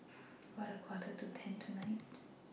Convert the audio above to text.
about A Quarter to ten tonight